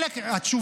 אז איפה הם?